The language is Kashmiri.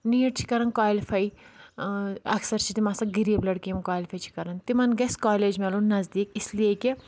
نیٖٹ چھِ کَران کالِفاے اَکثر چھِ تِم آسان غریٖب لَڑکہٕ یِم کالِفاے چھِ کَران تِمَن گژھِ کالیج مِلُن نَزدیٖک اِسلیے کہِ